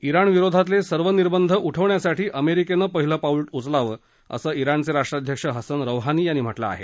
इराणविरोधातले सर्व निर्बंध उठवण्यासाठी अमेरिकेनं पहिलं पाऊल उचालावं असं इराणचे राष्ट्राध्यक्ष हसन रौहानी यांनी म्हटलं आहे